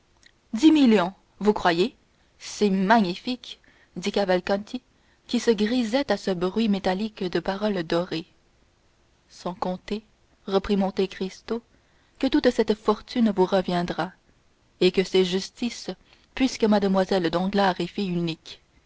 dix millions vous croyez c'est magnifique dit cavalcanti qui se grisait à ce bruit métallique de paroles dorées sans compter reprit monte cristo que toute cette fortune vous reviendra et que c'est justice puisque mlle danglars est fille unique